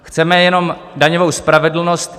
Chceme jenom daňovou spravedlnost.